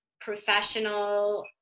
professional